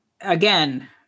again